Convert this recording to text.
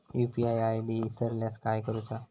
UPI ID इसरल्यास काय करुचा?